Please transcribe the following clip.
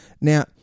Now